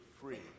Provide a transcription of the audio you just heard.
free